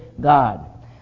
God